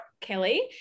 Kelly